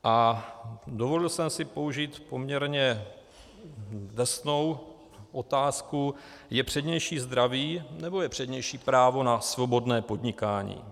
A dovolil jsem si použít poměrně drsnou otázku je přednější zdraví, nebo je přednější právo na svobodné podnikání?